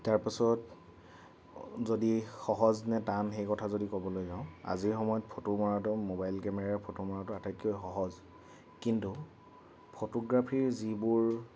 তাৰ পাছত যদি সহজ নে টান সেই কথা যদি ক'বলৈ যাওঁ আজিৰ সময়ত ফটো মৰাটো মোবাইল কেমেৰাৰে ফটো মৰাটো আটাইতকৈ সহজ কিন্তু ফটোগ্ৰাফিৰ যিবোৰ